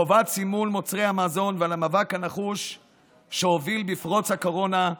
חובת סימון מוצרי המזון והמאבק הנחוש שהוביל עם פרוץ הקורונה,